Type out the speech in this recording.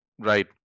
Right